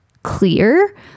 clear